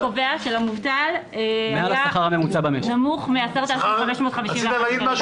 אבל זה רק אם השכר הקובע של המובטל היה נמוך מ-10,551 שקלים.